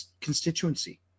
constituency